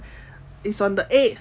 is on the eighth